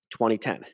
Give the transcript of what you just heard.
2010